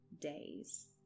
days